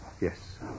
Yes